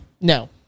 No